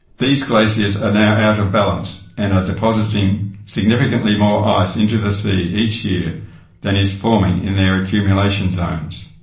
these glaciers are ah now out of balance and are depositing significantly more ice into the sea each year than is forming in their accumulation zones.